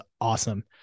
awesome